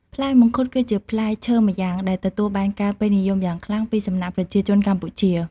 ផ្លែមង្ឃុតគឺជាផ្លែឈើម្យ៉ាង ដែលទទួលបានការពេញនិយមយ៉ាងខ្លាំងពីសំណាក់ប្រជាជនកម្ពុជា។